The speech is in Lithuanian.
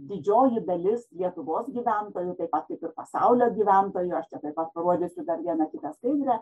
didžioji dalis lietuvos gyventojų taip pat kaip ir pasaulio gyventojų aš čia taip pat parodysiu bent vieną kitą skaidrę